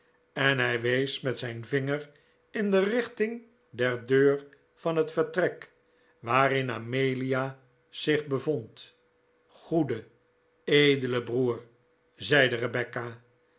en hij wees met zijn vinger in de richting der deur van het vertrek waarin amelia zich bevond goede edele broer zeide rebecca